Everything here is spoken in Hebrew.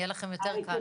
יהיה לכם יותר קל.